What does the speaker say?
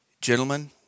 gentlemen